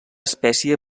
espècie